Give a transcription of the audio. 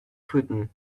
putin